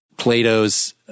Plato's